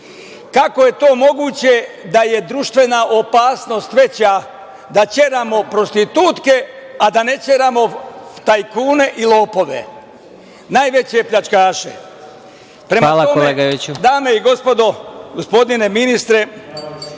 evra. Kako je to moguće da je društvena opasnost veća da ćeramo prostitutke, a da ne ćeramo tajkune i lopove, najveće pljačkaše. Prema tome, dame i gospodo, gospodine ministre,